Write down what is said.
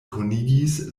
konigis